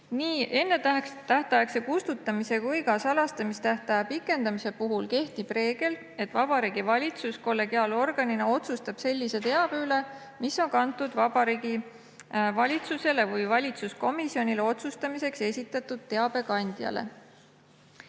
Nii ennetähtaegse kustutamise kui ka salastamistähtaja pikendamise puhul kehtib reegel, et Vabariigi Valitsus kollegiaalorganina otsustab sellise teabe üle, mis on kantud Vabariigi Valitsusele või valitsuskomisjonile otsustamiseks esitatud teabekandjale.